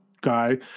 guy